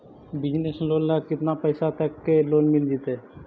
Business loan ल केतना पैसा तक के लोन मिल जितै?